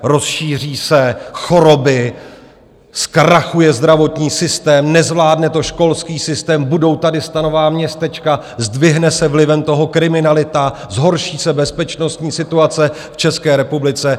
Rozšíří se choroby, zkrachuje zdravotní systém, nezvládne to školský systém, budou tady stanová městečka, zdvihne se vlivem toho kriminalita, zhorší se bezpečnostní situace v České republice...